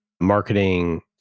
marketing